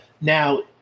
Now